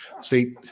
See